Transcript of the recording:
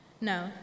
No